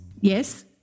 Yes